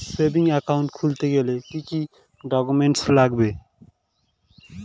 Savings account খুলতে গেলে কি কি ডকুমেন্টস লাগবে?